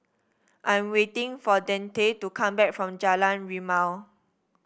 I'm waiting for Deante to come back from Jalan Rimau